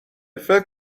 فکر